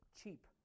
cheap